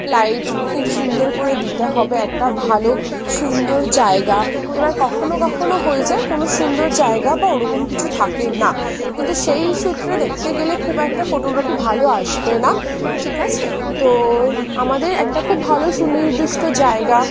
light খুব সুন্দর করে দিতে হবে একটা ভালো সুন্দর জায়গা এবার কখনো কখনো হয়ে যায় কোনো সুন্দর জায়গা বা ওরকম কিছু থাকে না কিন্তু সেই সূত্রে দেখতে গেলে খুব একটা ফটোগ্রাফি ভালো আসবে না ঠিক আছে তো আমাদের একটা খুব ভালো সুনির্দিষ্ট জায়গা